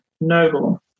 Noble